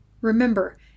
Remember